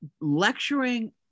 lecturing